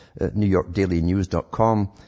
newyorkdailynews.com